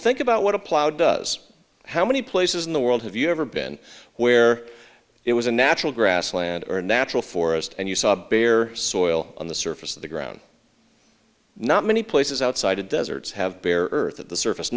think about what a plow does how many places in the world have you ever been where it was a natural grassland or a natural forest and you saw bare soil on the surface of the ground not many places outside of deserts have bare earth of the surface